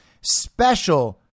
special